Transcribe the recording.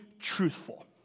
truthful